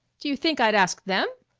do you think i'd ask them?